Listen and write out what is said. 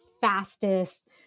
fastest